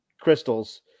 crystals